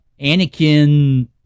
Anakin